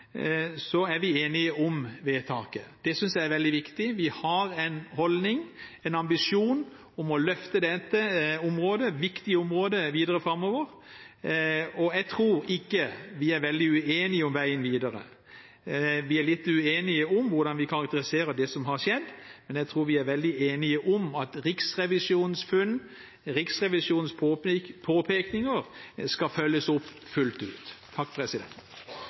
så er vi enige om vedtaket. Det synes jeg er veldig viktig. Vi har en holdning, en ambisjon, om å løfte dette viktige området videre framover, og jeg tror ikke vi er veldig uenige om veien videre. Vi er litt uenige om hvordan vi kan karakterisere det som har skjedd, men jeg tror vi er veldig enige om at Riksrevisjonens funn, Riksrevisjonens påpekninger, skal følges opp fullt ut.